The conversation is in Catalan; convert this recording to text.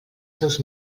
seus